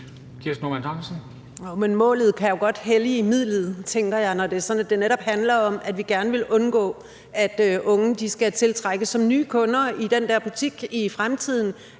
målet kan jo godt hellige midlet, tænker jeg, når det er sådan, at det netop handler om, at vi gerne vil undgå, at unge bliver tiltrukket som nye kunder i den der butik i fremtiden,